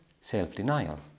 self-denial